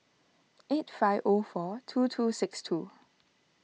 eight five O four two two six two